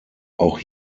auch